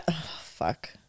Fuck